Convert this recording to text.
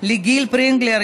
לגיל ברינגר,